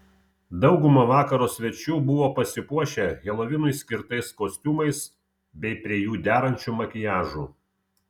dauguma vakaro svečių buvo pasipuošę helovinui skirtais kostiumais bei prie jų derančiu makiažu